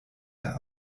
der